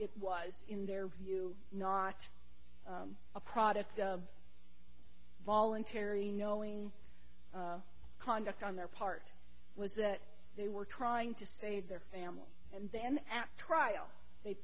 it was in their view not a product of voluntary knowing conduct on their part was that they were trying to save their family and then at trial they